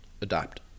adapt